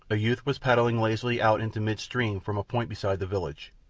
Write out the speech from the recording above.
a youth was paddling lazily out into midstream from a point beside the village.